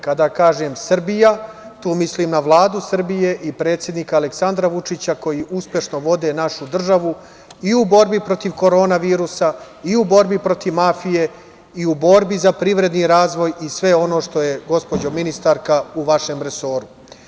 Kada kažem Srbija, tu mislim na Vladu Srbije i predsednika Aleksandra Vučića, koji uspešno vode našu državu i u borbi protiv korona virusa i u borbi protiv mafije i u borbi za privredni razvoj i sve ono što je gospođo ministarka u vašem resoru.